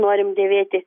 norim dėvėti